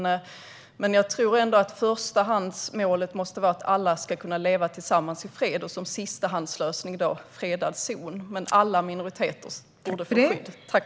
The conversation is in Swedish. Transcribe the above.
Jag tror ändå att förstahandsmålet måste vara att alla ska kunna leva tillsammans i fred. Fredade zoner är en sistahandslösning. Alla minoriteter borde få skydd.